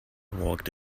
walked